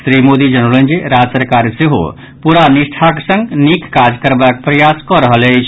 श्री मोदी जनौलनि जे राज्य सरकार सेहो पूरा निष्ठाक संग निक काज करबाक प्रयास कऽ रहल अछि